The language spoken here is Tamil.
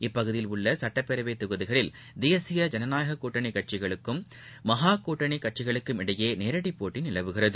இப்பகுதியில் உள்ளசட்டப்பேரவைதொகுதிகளில் தேசிய ஐனநாயககூட்டணிகட்சிகளுக்கும் மகாகூட்டணிகட்சிகளுக்குமிடையேநேரடிபோட்டிநிலவுகிறது